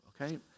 okay